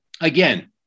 again